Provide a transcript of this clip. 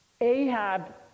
Ahab